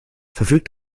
verfügt